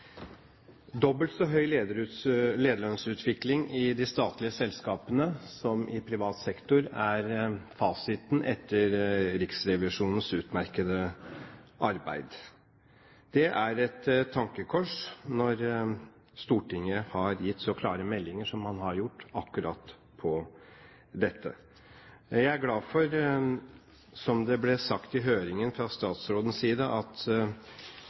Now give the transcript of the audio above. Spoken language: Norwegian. Dobbelt så høy lederlønnsutvikling i de statlige selskapene som i privat sektor er fasiten etter Riksrevisjonens utmerkede arbeid. Det er et tankekors når Stortinget har gitt så klare meldinger som man har gjort, akkurat når det gjelder dette. Jeg er glad for – som det ble sagt i høringen fra statsrådens side – at